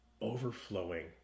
overflowing